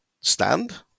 stand